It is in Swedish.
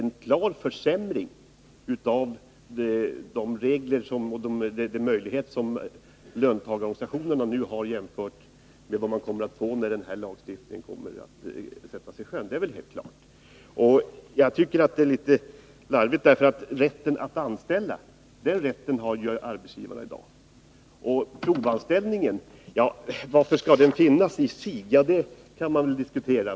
En jämförelse mellan de möjligheter som löntagarorganisationerna nu har och vad man kommer att få när den här lagstiftningen kommer att sättas i sjön visar helt klart att det är fråga om en försämring. Jag tycker dock det är litet larvigt att göra en sådan jämförelse. Rätten att anställa har ju arbetsgivaren i dag. Varför skall provanställningen i sig finnas? Ja, det kan man ju diskutera.